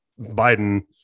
Biden